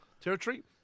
Territory